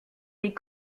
les